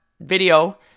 video